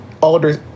Alders